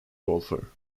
golfer